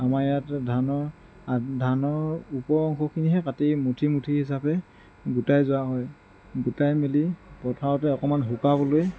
আমাৰ ইয়াত ধানৰ ধানৰ ওপৰৰ অংশখিনিহে কাটি মুঠি মুঠি হিচাপে গোটাই যোৱা হয় গোটাই মেলি পথাৰতে অকণমান শুকাবলৈ